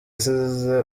asize